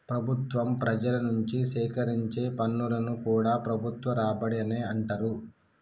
ప్రభుత్వం ప్రజల నుంచి సేకరించే పన్నులను కూడా ప్రభుత్వ రాబడి అనే అంటరు